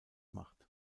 macht